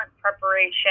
preparation